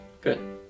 Good